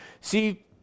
See